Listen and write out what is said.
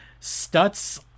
Stutz